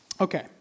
Okay